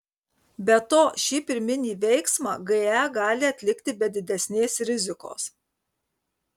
be to šį pirminį veiksmą ge gali atlikti be didesnės rizikos